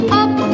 up